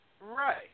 right